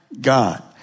God